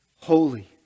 holy